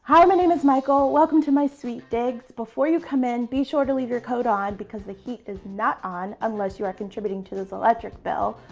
hi my name is mychel, welcome to my sweet digs. before you come in be sure to leave your coat on, because the heating is not on unless you are contributing to this electric bill.